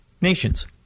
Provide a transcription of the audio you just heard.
nations